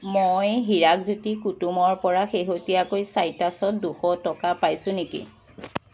মই হিৰাকজ্যোতি কুটুমৰ পৰা শেহতীয়াকৈ চাইট্ৰাছত দুশ টকা পাইছোঁ নেকি